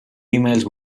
emails